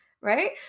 right